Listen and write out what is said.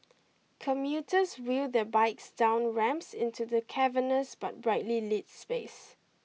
commuters wheel their bikes down ramps into the cavernous but brightly lit space